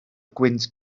gwynt